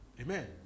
Amen